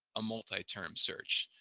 a multi-term search.